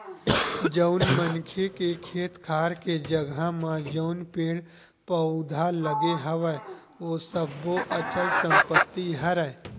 जउन मनखे के खेत खार के जघा म जउन पेड़ पउधा लगे हवय ओ सब्बो अचल संपत्ति हरय